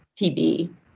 TB